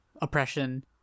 oppression